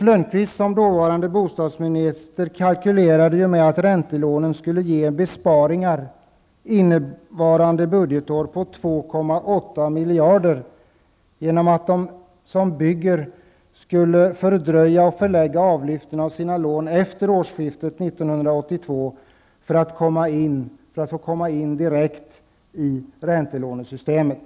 Enligt den dåvarande bostadsministern Ulf Lönnqvists kalkyler skulle räntelånen innebära besparingar om 2,8 miljarder under innevarande budgetår genom att de som bygger skulle fördröja och förlägga avlyften av sina lån till efter årsskiftet 1992 för att dessa skulle komma direkt in i räntelånesystemet.